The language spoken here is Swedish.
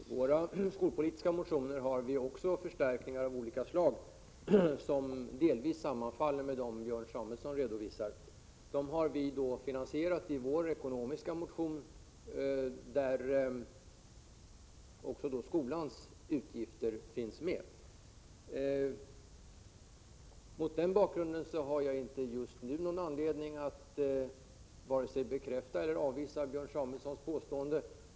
Herr talman! I våra skolpolitiska motioner har vi föreslagit förstärkningar av olika slag, som delvis sammanfaller med dem som Björn Samuelson redovisade. Dem har vi finansierat i vår ekonomiska motion, där också skolans utgifter finns med. Mot den bakgrunden har jag inte just nu någon anledning att vare sig bekräfta eller avvisa Björn Samuelsons påstående.